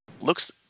Looks